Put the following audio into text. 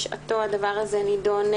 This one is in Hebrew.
בשעתו הדבר הזה נדון,